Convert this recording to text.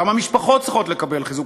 גם המשפחות צריכות לקבל חיזוק.